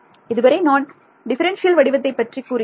இதுவரை நான் டிஃபரண்ஷியல் வடிவத்தைப் பற்றி கூறினேன்